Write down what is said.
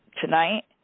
Tonight